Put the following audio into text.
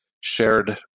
shared